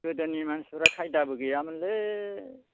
गोदोनि मानसिफ्रा खायदाबो गैयामोनलै